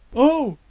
oh!